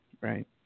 right